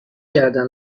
کردن